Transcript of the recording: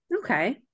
Okay